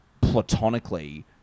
platonically